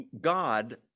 God